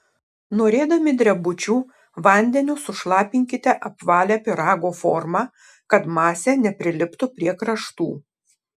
norėdami drebučių vandeniu sušlapinkite apvalią pyrago formą kad masė nepriliptų prie kraštų